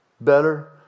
better